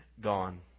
gone